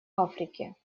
африки